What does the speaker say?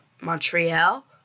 Montreal